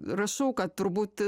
rašau kad turbūt